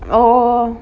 oh